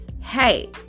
hey